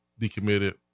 decommitted